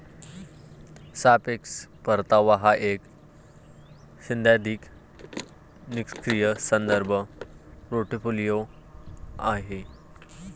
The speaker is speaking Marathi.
सापेक्ष परतावा हा एक सैद्धांतिक निष्क्रीय संदर्भ पोर्टफोलिओ आहे